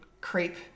Creep